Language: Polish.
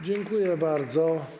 Dziękuję bardzo.